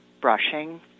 brushing